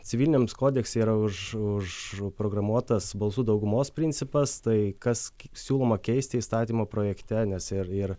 civiliniams kodekse yra už užprogramuotas balsų daugumos principas tai kas siūloma keisti įstatymo projekte nes ir ir